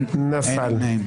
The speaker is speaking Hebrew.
נפל.